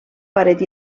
paret